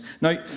Now